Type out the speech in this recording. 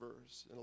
verse